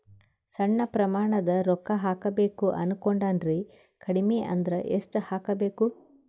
ಸಣ್ಣ ಪ್ರಮಾಣದ ರೊಕ್ಕ ಹಾಕಬೇಕು ಅನಕೊಂಡಿನ್ರಿ ಕಡಿಮಿ ಅಂದ್ರ ಎಷ್ಟ ಹಾಕಬೇಕು?